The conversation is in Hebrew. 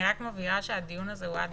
אני רק מבהירה שהדיון הזה הוא עד